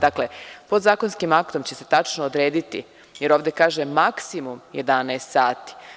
Dakle, podzakonskim aktom će se tačno odrediti, jer ovde kaže – maksimum 11 sati.